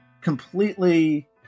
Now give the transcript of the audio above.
completely